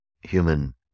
human